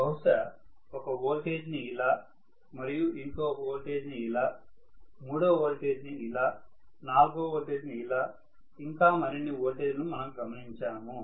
బహుశా ఒక ఓల్టేజ్ ని ఇలా మరియు ఇంకొక ఓల్టేజ్ ని ఇలా మూడవ ఓల్టేజ్ ని ఇలా నాలుగవ ఓల్టేజ్ ని ఇలా ఇంకా మరిన్ని ఓల్టేజ్ లను మనం గమనించాము